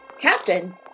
Captain